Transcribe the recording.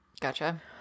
Gotcha